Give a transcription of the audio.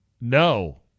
No